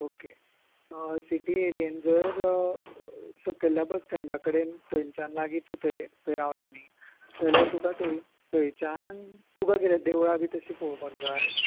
okay city एरियेन जर सकयल्या बस स्टँडा कडेन थंयनच्यान लागीं तूं थंय रावलां न्ही जाल्यार तुका थंय थंयच्यान तुका किदें देवळां बी तशीं पळोवपाक जाय